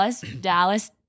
Dallas